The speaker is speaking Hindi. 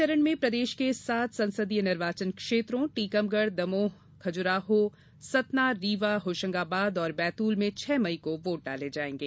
इस चरण में प्रदेश के सात संसदीय निर्वाचन क्षेत्रों टीकमगढ़ दामोह खुजराहो सतना रीवा होशंगाबाद और बैतुल में छह मई को वोट डाले जाएंगे